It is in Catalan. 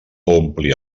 ompli